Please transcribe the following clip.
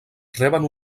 reben